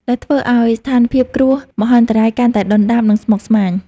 ដែលធ្វើឱ្យស្ថានភាពគ្រោះមហន្តរាយកាន់តែដុនដាប និងស្មុគស្មាញ។